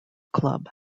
club